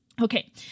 okay